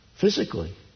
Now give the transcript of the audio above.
physically